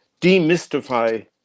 demystify